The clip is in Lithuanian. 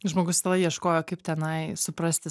žmogus tada ieškojo kaip tenai suprasti